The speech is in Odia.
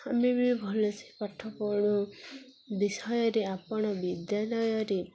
ଆମେ ବି ଭଲସେ ପାଠ ପଢ଼ୁ ବିଷୟରେ ଆପଣ ବିଦ୍ୟାଳୟରେ